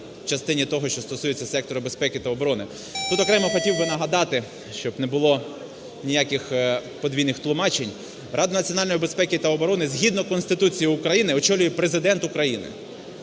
частині того, що стосується сектору безпеки та оборони. Тут окремо хотів би нагадати, щоб не було ніяких подвійних тлумачень, Раду національної безпеки та оборони, згідно Конституції України, очолює Президент України,